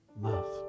love